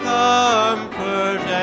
comfort